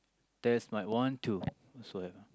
test mike one two so have ah